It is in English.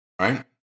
right